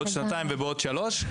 שנתיים ושלוש.